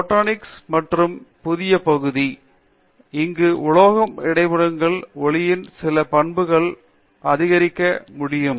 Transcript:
plasmonics மற்றொரு புதிய பகுதி அங்கு உலோக இடைமுகங்கள் ஒளியின் சில பண்புகள் அதிகரிக்க முடியும்